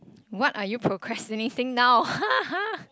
what are procrastinating now